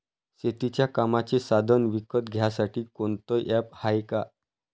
शेतीच्या कामाचे साधनं विकत घ्यासाठी कोनतं ॲप हाये का?